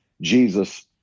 Jesus